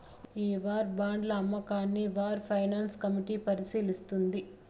ఈ వార్ బాండ్ల అమ్మకాన్ని వార్ ఫైనాన్స్ కమిటీ పరిశీలిస్తుంది